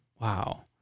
Wow